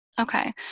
Okay